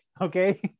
okay